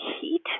heat